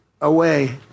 away